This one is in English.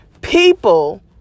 people